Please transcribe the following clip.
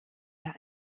bei